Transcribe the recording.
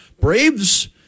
Braves